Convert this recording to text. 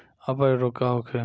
अपच रोग का होखे?